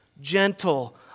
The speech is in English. Gentle